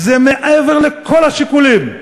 זה מעבר לכל השיקולים.